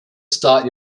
start